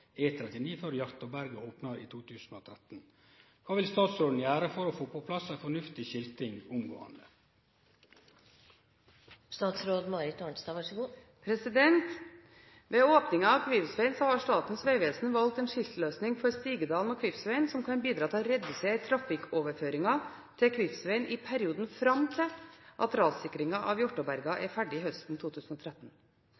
før Hjartåberget opnar i 2013. Kva vil statsråden gjere for å få på plass ei fornuftig skilting omgåande?» Ved åpningen av Kvivsvegen har Statens vegvesen valgt en skiltløsning for Stigedalen og Kvivsvegen som kan bidra til å redusere trafikkoverføringen til Kvivsvegen i perioden fram til rassikringen av Hjartåberga er ferdig høsten 2013. Begrunnelsen for dette er at